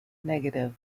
negative